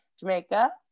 Jamaica